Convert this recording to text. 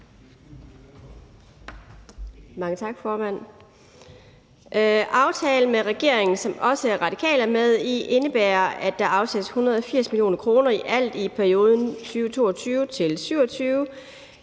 Mange tak, formand. Aftalen med regeringen, som også Radikale er med i, indebærer, at der afsættes 180 mio. kr. i alt i perioden 2022-2027.